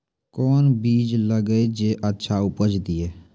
कोंन बीज लगैय जे अच्छा उपज दिये?